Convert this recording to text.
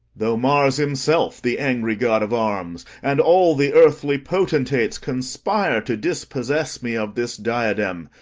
though mars himself, the angry god of arms, and all the earthly potentates conspire to dispossess me of this diadem,